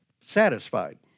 satisfied